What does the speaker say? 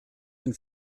den